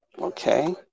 Okay